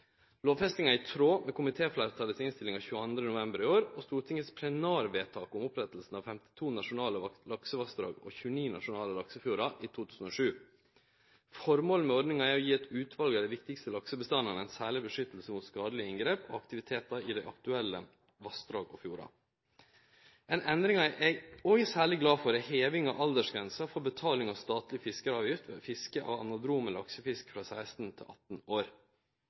Lovfestinga er i tråd med komitéfleirtallets innstilling av 22. november i år og Stortingets plenarvedtak om opprettinga av 52 nasjonale laksevassdrag og 29 nasjonale laksefjordar i 2007. Formålet med ordninga er å gje eit utval av dei viktigaste laksebestandane eit særleg vern mot skadelege inngrep og aktivitetar i dei aktuelle vassdraga og fjordane. Ei endring eg er særleg glad for, er hevinga av aldersgrensa for betaling av statleg fiskeavgift ved fiske av anadrome laksefisk frå 16 til 18 år.